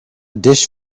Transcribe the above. dish